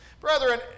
Brethren